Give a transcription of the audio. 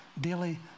daily